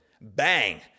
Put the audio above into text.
Bang